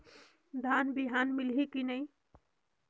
धान बिहान मिलही की नी मिलही?